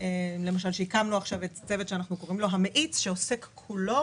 עכשיו צוות שנקרא המאיץ,